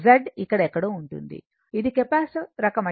Z ఇక్కడ ఎక్కడో ఉంటుంది ఇది కెపాసిటివ్ రకం అయితే X ప్రతికూలంగా ఉంటుంది